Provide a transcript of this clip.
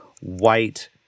white